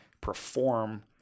perform